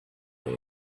from